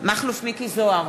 מכלוף מיקי זוהר,